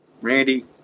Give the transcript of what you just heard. Randy